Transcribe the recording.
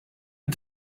une